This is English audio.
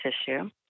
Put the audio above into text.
tissue